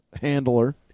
handler